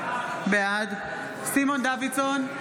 בעד סימון דוידסון,